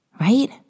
right